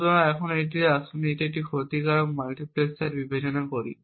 সুতরাং এখন আসুন একটি ক্ষতিকারক মাল্টিপ্লেক্সার বিবেচনা করি